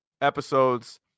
episodes